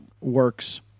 works